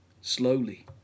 slowly